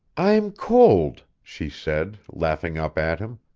i'm cold, she said, laughing up at him.